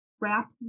wrap